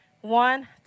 One